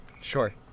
Sure